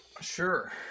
Sure